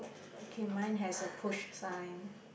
okay mine has a push sign